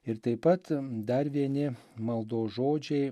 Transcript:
ir taip pat dar vieni maldos žodžiai